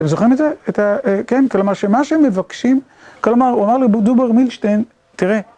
הם זוכרים את זה את ה... כן, כלומר, שמה שהם מבקשים, כלומר, הוא אמר לבודובר מילשטיין, תראה...